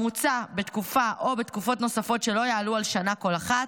המוצע בתקופה או בתקופות נוספות שלא יעלו על שנה כל אחת,